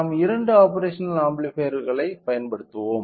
நாம் இரண்டு ஆப்பேரஷனல் ஆம்பிளிபையர்களைப் பயன்படுத்துவோம்